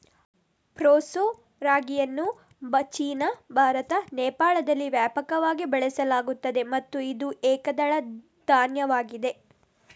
proso ರಾಗಿಯನ್ನು China, Bharat, ನೇಪಾಳದಲ್ಲಿ ವ್ಯಾಪಕವಾಗಿ ಬೆಳೆಸಲಾಗುತ್ತದೆ ಮತ್ತು ಇದು ಏಕದಳ ಧಾನ್ಯವಾಗಿದೆ